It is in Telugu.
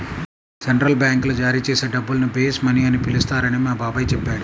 సెంట్రల్ బ్యాంకులు జారీ చేసే డబ్బుల్ని బేస్ మనీ అని పిలుస్తారని మా బాబాయి చెప్పాడు